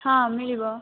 ହଁ ମିଳିବ